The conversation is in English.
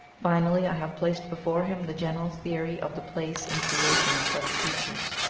finally, i have placed before him the general theory of the place in creation of such creatures,